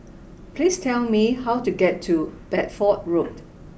please tell me how to get to Bedford Road